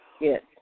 Yes